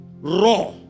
raw